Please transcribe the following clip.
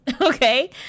Okay